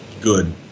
Good